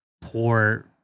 poor